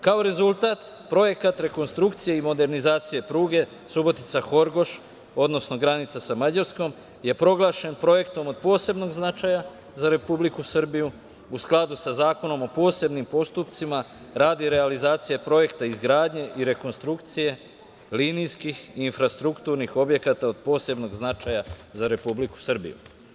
Kao rezultat, Projekat rekonstrukcije i modernizacije pruge Subotica – Horgoš, odnosno granica sa Mađarskom je proglašen projektom od posebnog značaja za Republiku Srbiju u skladu sa Zakonom o posebnim postupcima radi realizacije projekta, izgradnje i rekonstrukcije linijskih i infrastrukturnih objekata od posebnog značaja za Republiku Srbiju.